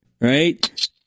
right